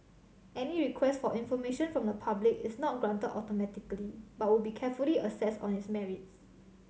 any request for information from the public is not granted automatically but would be carefully assessed on its merits